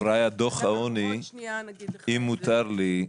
אם מותר לי,